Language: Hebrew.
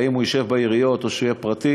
האם הוא ישב בעיריות או שהוא יהיה פרטי.